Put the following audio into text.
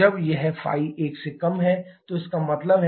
जब यह ϕ 1 से कम है तो इसका क्या मतलब है